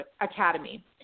Academy